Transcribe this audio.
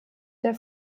der